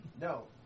no